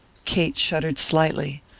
kate shuddered slightly.